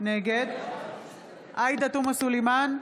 נגד עאידה תומא סלימאן,